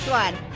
one.